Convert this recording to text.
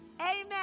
Amen